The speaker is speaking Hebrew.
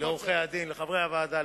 לעורכי-הדין ולחברי הוועדה,